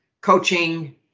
coaching